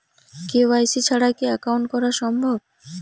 KYC ছাড়া কি account করা সম্ভব?